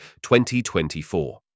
2024